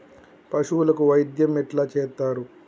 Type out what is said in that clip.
పశువులకు వైద్యం ఎట్లా చేత్తరు?